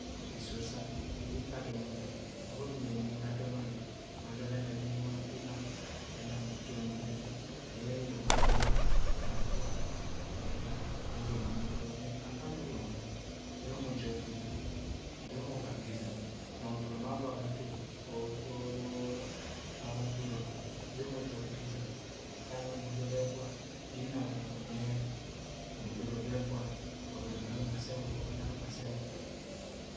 Isusa iri ito adọn onne̱. Uru, unyi ni adọn ọnnẹ. Ma adọn egani nwa nkpi inam. Inam mu uton unyi ni ne eyeng ọzeng ene, nam gwa, mu udoro nù ma uromam mu udoro nu ma uromam mu udoro ni, akake uromo awọ ke̱ umu ujuk ga izɨm, yẹ uniu ubad ga izɨm. Nọ ma gwawo ato orọk, awa akpi uromo awọi yẹ umu ujuk ga izɨm. Mu ukad ye, udoro ye, gwa